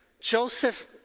Joseph